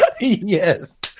Yes